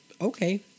okay